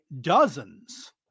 dozens